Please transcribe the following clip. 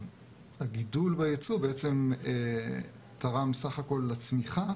הגידול ביצוא בעצם תרם בסך הכל צמיחה